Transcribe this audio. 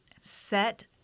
set